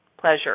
pleasure